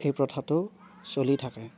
এই প্ৰথাটো চলি থাকে